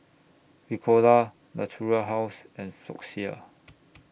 Ricola Natura House and Floxia